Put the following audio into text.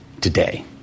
today